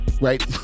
right